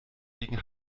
gegen